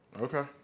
Okay